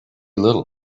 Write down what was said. little